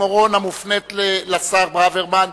הכנסת חיים אורון המופנית לשר ברוורמן,